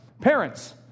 Parents